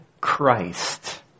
Christ